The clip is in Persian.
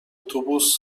اتوبوس